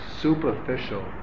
superficial